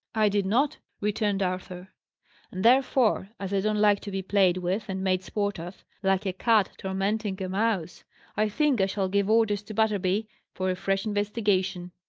i did not, returned arthur. and therefore as i don't like to be played with and made sport of, like a cat tormenting a mouse i think i shall give orders to butterby for a fresh investigation.